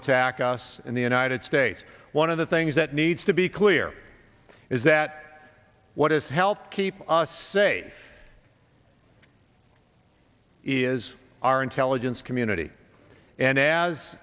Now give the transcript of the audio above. attack us in the united states one of the things that needs to be clear is that what has helped keep us say is our intelligence community and as